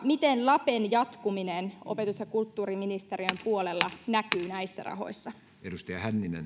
miten lapen jatkuminen opetus ja kulttuuriministeriön puolella näkyy näissä rahoissa